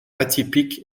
atypique